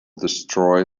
destroy